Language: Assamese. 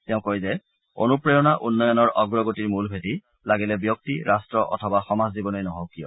তেওঁ কয় যে অনুপ্ৰেৰণা উন্নয়নৰ অগ্ৰগতিৰ মূল ভেটি লাগিলে ব্যক্তি ৰাষ্ট্ৰ অথবা সমাজ জীৱনেই নহওঁক কিয়